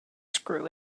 screw